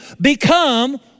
become